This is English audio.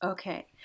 Okay